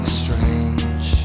strange